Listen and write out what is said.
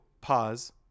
Pause